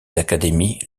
académies